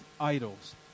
idols